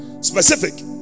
Specific